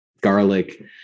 garlic